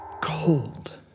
cold